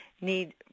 need